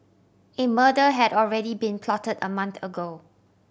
a murder had already been plotted a month ago